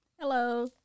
Hello